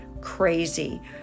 crazy